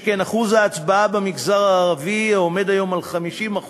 שכן אחוז ההצבעה במגזר הערבי, העומד היום על 50%,